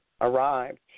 arrived